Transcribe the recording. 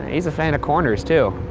he's a fan of corners too.